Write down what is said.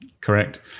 Correct